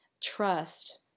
trust